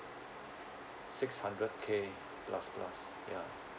six hundred K plus plus ya